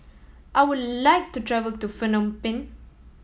I would like to travel to Phnom Penh